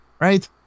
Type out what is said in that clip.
right